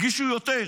הגישו יותר,